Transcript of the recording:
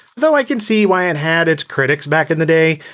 though i can see why it had its critics back in the day.